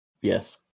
Yes